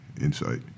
insight